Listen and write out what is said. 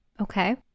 Okay